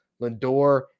Lindor